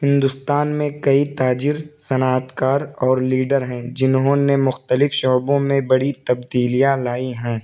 ہندوستان میں کئی تاجر صنعت کار اور لیڈر ہیں جنہوں نے مختلف شعبوں میں بڑی تبدیلیاں لائی ہیں